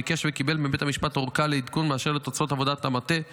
ביקש וקיבל מבית המשפט ארכה לעדכון באשר לתוצאות עבודת המטה כאמור,